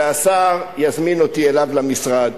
והשר יזמין אותי אליו למשרד